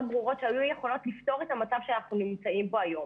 ברורות שהיו יכולות לפתור את המצב שאנחנו נמצאים בו היום.